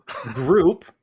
Group